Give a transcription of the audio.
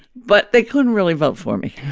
but they couldn't really vote for me